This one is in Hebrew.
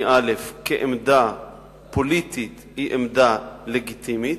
א' כעמדה פוליטית היא עמדה לגיטימית,